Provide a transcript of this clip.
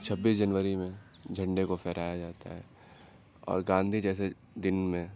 چھبیس جنوری میں جھنڈے کو پھہرایا جاتا ہے اور گاندھی جیسے دن میں